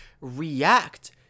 react